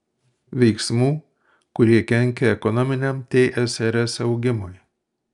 veiksmų kurie kenkia ekonominiam tsrs augimui